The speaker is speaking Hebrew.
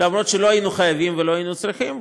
אף על פי שלא היינו חייבים ולא היינו צריכים,